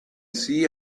see